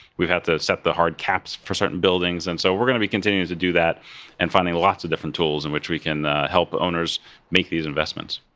we've had to set the hard caps for certain buildings, and so we're going to be continuing to do that and finding lots of different tools in which we can help owners make these investments.